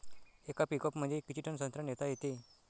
येका पिकअपमंदी किती टन संत्रा नेता येते?